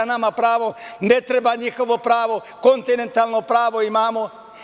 Nama ne treba njihovo pravo, kontinentalno pravo imamo.